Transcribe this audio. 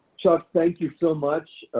chuck, thank you so much,